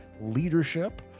leadership